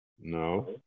No